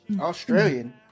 Australian